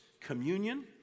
communion